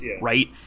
right